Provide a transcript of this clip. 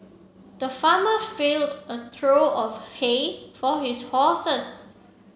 the farmer filled a trough of hay for his horses